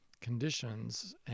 conditions